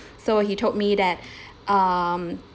so he told me that um